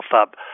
up